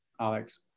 Alex